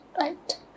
Right